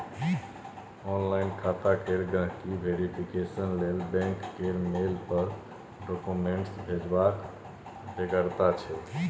online खाता केर गांहिकी वेरिफिकेशन लेल बैंक केर मेल पर डाक्यूमेंट्स भेजबाक बेगरता छै